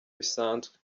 bisanzwe